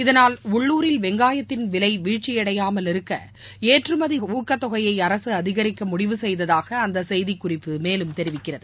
இதனால் உள்ளுரில் வெங்காயத்தின் விலை வீழ்ச்சியடையாமல் இருக்க ஏற்றுமதி ஊக்கத்தொகையை அரசு அதிகரிக்க முடிவு செய்ததாக அந்த செய்தி குறிப்பு மேலும் தெரிவிக்கிறது